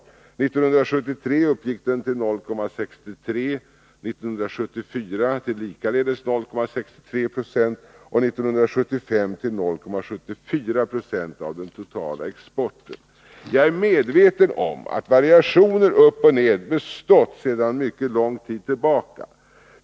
År 1973 uppgick den till 0,63 20, 1974 till likaledes 0,63 26 och 1975 till 0,74 90 av den totala svenska exporten. Jag är medveten om att variationer upp och ned bestått sedan mycket lång tid tillbaka.